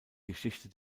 geschichte